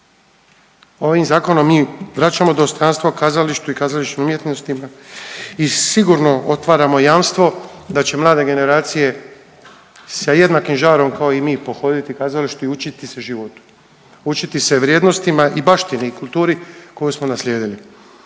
ovim zakonom mi vraćamo dostojanstvo kazalištu i kazališnim umjetnostima i sigurno otvaramo jamstvo da će mlade generacije sa jednakim žarom kao i mi pohoditi kazalište i učiti se životu, učiti se vrijednostima i baštini i kulturi koju smo naslijedili.